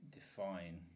define